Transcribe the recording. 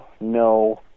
no